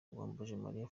uwambajemariya